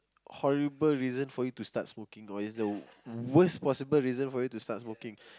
horrible reason for you to start smoking though it's the worst possible reason for you to start smoking